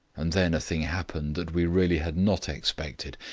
and then a thing happened that we really had not expected.